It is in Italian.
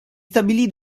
stabilì